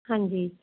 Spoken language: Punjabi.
ਹਾਂਜੀ